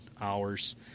hours